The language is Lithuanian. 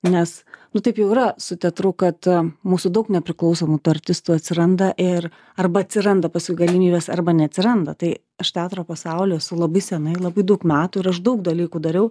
nes nu taip jau yra su teatru kad mūsų daug nepriklausomų tų artistų atsiranda ir arba atsiranda paskui galimybės arba neatsiranda tai aš teatro pasauly esu labai seniai labai daug metų ir aš daug dalykų dariau